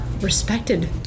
respected